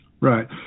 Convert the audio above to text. Right